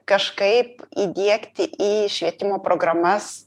kažkaip įdiegti į švietimo programas